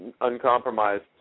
uncompromised